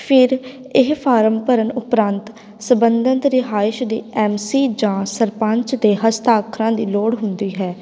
ਫਿਰ ਇਹ ਫਾਰਮ ਭਰਨ ਉਪਰੰਤ ਸੰਬੰਧਤ ਰਿਹਾਇਸ਼ ਦੇ ਐੱਮ ਸੀ ਜਾਂ ਸਰਪੰਚ ਦੇ ਹਸਤਾਖਰਾਂ ਦੀ ਲੋੜ ਹੁੰਦੀ ਹੈ